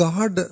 God